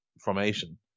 formation